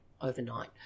overnight